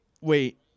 Wait